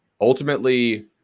ultimately